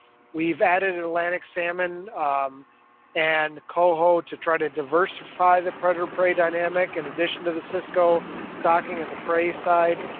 we've added atlantic salmon and coho to try to diversify the predator prey dynamic in addition to the cisco stocking and the prey side.